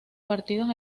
partidos